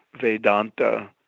Vedanta